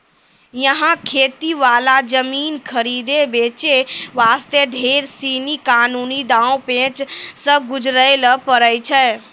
यहाँ खेती वाला जमीन खरीदै बेचे वास्ते ढेर सीनी कानूनी दांव पेंच सॅ गुजरै ल पड़ै छै